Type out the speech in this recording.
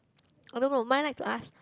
oh no no mine like to ask